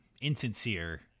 insincere